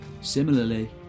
Similarly